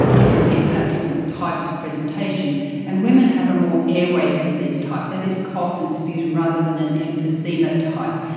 different people have different types of presentation and women have a more airways disease type, that is cough and sputum rather than an emphysema type.